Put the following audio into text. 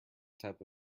type